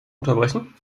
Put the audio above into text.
unterbrechen